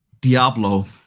Diablo